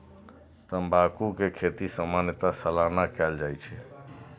तंबाकू के खेती सामान्यतः सालाना कैल जाइ छै